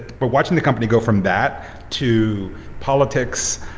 but watching the company go from that to politics,